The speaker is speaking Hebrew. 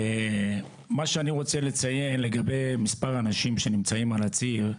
מה שאני רוצה לציין לגבי מספר אנשים שנמצאים על הציר,